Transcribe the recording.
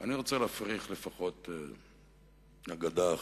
אני רוצה להפריך לפחות אגדה אחת.